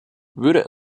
würde